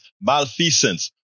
malfeasance